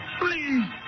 please